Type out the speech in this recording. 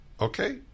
Okay